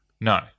No